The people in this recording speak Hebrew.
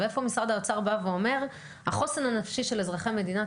ואיפה משרד האוצר בא ואומר החוסן הנפשי של אזרחי מדינת